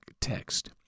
text